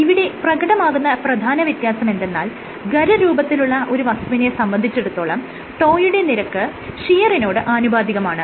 ഇവിടെ പ്രകടമാകുന്ന പ്രധാന വ്യത്യാസമെന്തെന്നാൽ ഖരരൂപത്തിലുള്ള ഒരു വസ്തുവിനെ സംബന്ധിച്ചിടത്തോളം τ യുടെ നിരക്ക് ഷിയറിനോട് ആനുപാതികമാണ്